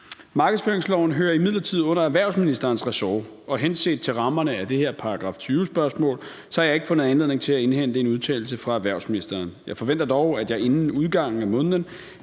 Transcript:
Markedsføringsloven hører imidlertid under erhvervsministerens ressort, og henset til rammerne for det her § 20-spørgsmål har jeg ikke fundet anledning til at indhente en udtalelse fra erhvervsministeren. Jeg forventer dog, at jeg inden udgangen af måneden